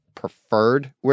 Preferred